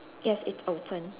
yes it's open